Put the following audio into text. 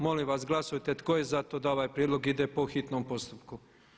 Molim vas glasujte tko je za to da ovaj prijedlog ide po hitnom postupku?